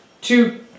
two